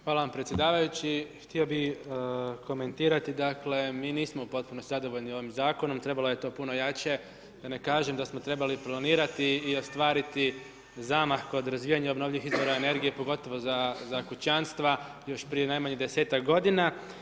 Hvala vam predsjedavajući, htio bi komentirati dakle mi nismo potpuno zadovoljni ovim zakonom, trebalo je to puno jače da ne kažem da smo trebali planirati i ostvariti zamah kod razvijanja obnovljivih izvora energije, pogotovo za kućanstva još prije najmanje 10-tak godina.